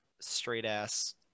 straight-ass